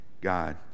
God